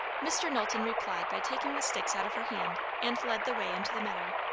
mr. knowlton replied by taking the sticks out of her hand, and led the way into the meadow.